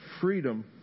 freedom